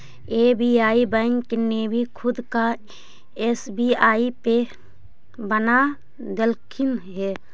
SBI bank ने भी खुद का एस.बी.आई पे बना देलकइ हे